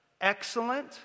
excellent